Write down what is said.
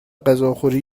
غذاخوری